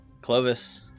Clovis